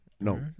no